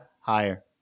Higher